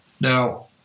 Now